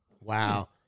Wow